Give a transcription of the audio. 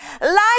Life